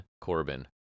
Corbin